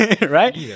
Right